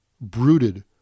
brooded